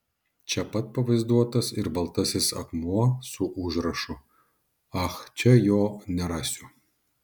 čia pat pavaizduotas ir baltasis akmuo su užrašu ach čia jo nerasiu